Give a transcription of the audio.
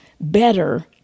better